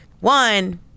one